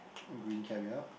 and green caviar